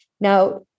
Now